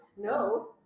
No